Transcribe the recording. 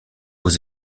aux